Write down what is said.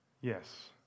Yes